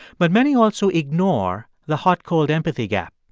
but many also ignore the hot-cold empathy gap.